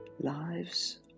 lives